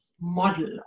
model